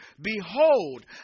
Behold